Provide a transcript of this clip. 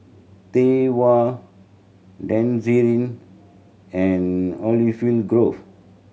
Tai Hua Denizen and Olive Grove